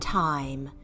time